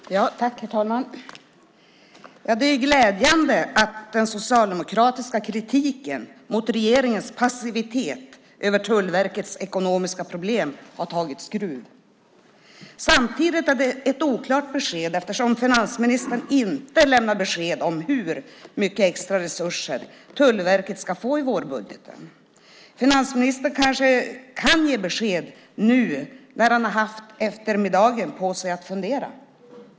Herr talman! Det är glädjande att den socialdemokratiska kritiken mot regeringens passivitet över Tullverkets ekonomiska problem tagit skruv. Samtidigt är det ett oklart besked eftersom finansministern inte lämnar besked om hur mycket extra resurser Tullverket ska få i vårbudgeten. Finansministern kanske kan ge besked nu när han haft eftermiddagen på sig att fundera.